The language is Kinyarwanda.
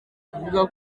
kuvuga